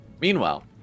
Meanwhile